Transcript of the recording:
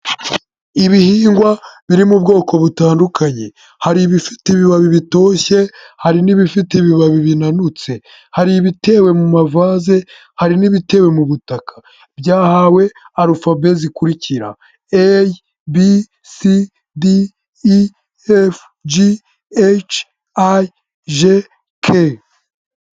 Ibihingwa biri mu bwoko butandukanye hari ibifite ibibabi bitoshye, hari n'ibifite ibibabi binanutse hari ibitewe mu ma vaze hari n'ibitewe mu butaka byahawe arufabe zikurikira: A, B, C, D, E, F, G, H, I, J, K.